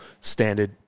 standard